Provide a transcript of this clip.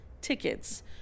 tickets